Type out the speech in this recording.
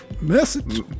message